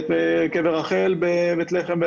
ואת קבר רחל בבית לחם,